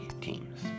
teams